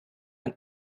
man